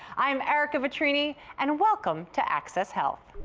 i'm ereka vetrini and welcome to access health.